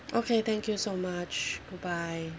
okay thank you so much bye bye